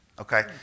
Okay